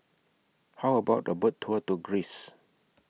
How about A Boat Tour to Greece